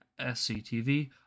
SCTV